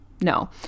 no